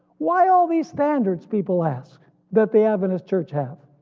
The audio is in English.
why all these standards people ask, that the adventist church have?